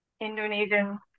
Indonesian